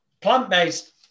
plant-based